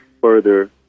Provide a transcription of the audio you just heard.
further